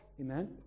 amen